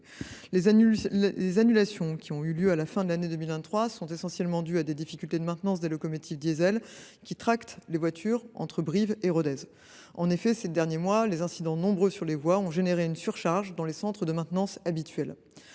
Les annulations qui ont eu lieu à la fin de l’année 2023 sont essentiellement dues à des difficultés de maintenance des locomotives diesel qui tractent les voitures entre Brive la Gaillarde et Rodez. En effet, ces derniers mois, de nombreux incidents sur les voies ont entraîné une surcharge dans les centres de maintenance habituels.